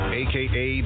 aka